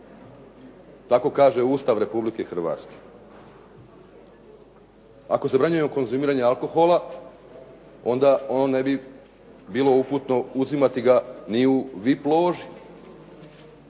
Tako kaže Ustav Republike Hrvatske. Ako zabranjujemo konzumiranje alkohola, onda ono ne bi bilo uputno uzimati ga ni u VIP loži.